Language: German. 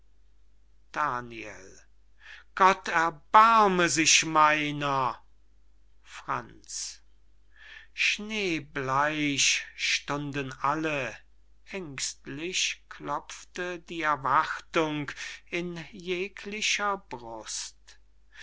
daniel gott erbarme sich meiner franz schneebleich stunden alle ängstlich klopfte die erwartung in jeglicher brust